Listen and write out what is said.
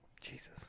Jesus